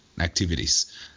activities